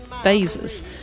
Phases